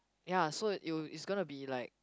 ya so you is gonna to be like